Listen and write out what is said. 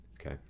Okay